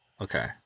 Okay